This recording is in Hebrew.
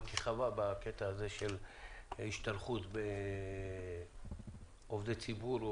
ועדת הכלכלה כיכבה בקטע הזה של השתלחות בעובדי ציבור,